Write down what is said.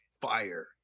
fire